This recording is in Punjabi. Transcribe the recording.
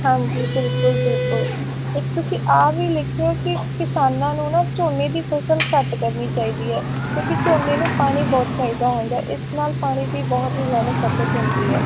ਹਾਂਜੀ ਬਿਲਕੁਲ ਬਿਲਕੁਲ ਇਕ ਤੁਸੀਂ ਆ ਵੀ ਲਿਖ ਦਿਓ ਕਿ ਕਿਸਾਨਾਂ ਨੂੰ ਨਾ ਝੋਨੇ ਦੀ ਫ਼ਸਲ ਘੱਟ ਕਰਨੀ ਚਾਹੀਦੀ ਹੈ ਕਿਉਂਕਿ ਝੋਨੇ ਨੂੰ ਪਾਣੀ ਬਹੁਤ ਚਾਹੀਦਾ ਹੁੰਦਾ ਇਸ ਨਾਲ ਪਾਣੀ ਦੀ ਬਹੁਤ ਹੀ ਜ਼ਿਆਦਾ ਖਪਤ ਹੁੰਦੀ ਹੈ